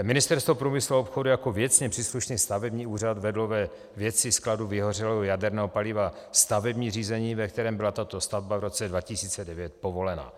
Ministerstvo průmyslu a obchodu jako věcně příslušný stavební úřad vedlo ve věci skladu vyhořelého jaderného paliva stavební řízení, ve kterém byla tato stavba v roce 2009 povolena.